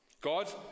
God